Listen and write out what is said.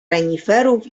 reniferów